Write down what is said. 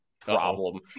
problem